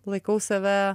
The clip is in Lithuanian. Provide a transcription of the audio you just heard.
laikau save